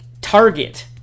Target